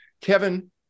Kevin